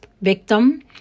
victim